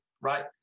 right